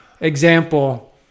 example